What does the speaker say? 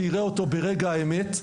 שייראה אותו ברגע האמת.